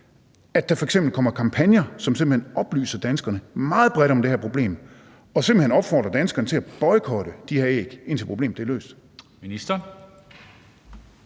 at der f.eks. kommer kampagner, som simpelt hen oplyser danskerne meget bredt om det her problem og simpelt hen opfordrer danskerne til at boykotte de her æg, indtil problemet er løst?